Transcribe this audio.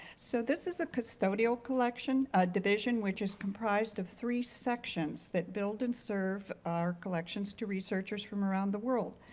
so this is a custodial collection, a division which is comprised of three sections that build and serve our collections to researchers from around the world.